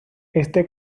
este